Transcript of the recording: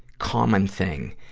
common thing.